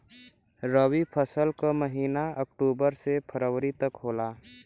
रवी फसल क महिना अक्टूबर से फरवरी तक होला